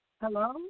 Hello